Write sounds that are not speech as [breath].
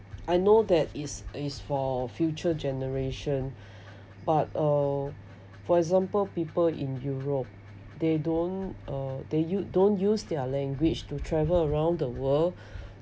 I know that is is for future generation [breath] but uh for example people in europe they don't uh they use don't use their language to travel around the world [breath]